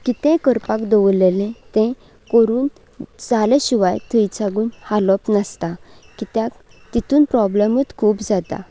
कितेंय करपाक दवल्लेलें तें करून जाले शिवाय थंय सावन हालप नासता कित्याक तातूंत प्रॉब्लमूच खूब जाता